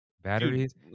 batteries